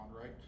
Right